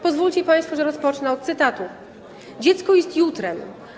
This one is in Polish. Pozwólcie państwo, że rozpocznę od cytatu: Dziecko jest jutrem.